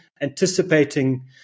anticipating